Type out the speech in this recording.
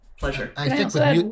pleasure